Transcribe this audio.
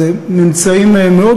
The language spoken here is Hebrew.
זה חשוב, זה מעניין.